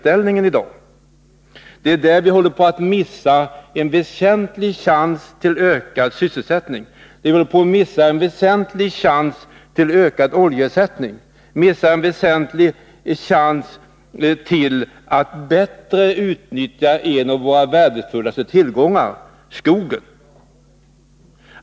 Det är också där som vi håller på att missa en väsentlig chans till ökad sysselsättning, ökad oljeersättning och ett bättre utnyttjande av en av våra värdefullaste tillgångar, nämligen skogen.